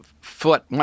foot